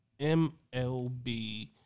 MLB